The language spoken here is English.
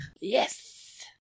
Yes